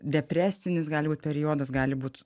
depresinis gali būt periodas gali būt